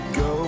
go